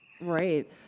Right